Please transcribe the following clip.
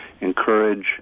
encourage